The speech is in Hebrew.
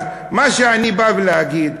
אז מה שאני בא להגיד,